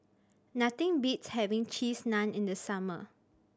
nothing beats having Cheese Naan in the summer